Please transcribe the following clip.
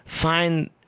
find